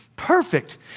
perfect